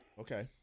Okay